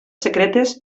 secretes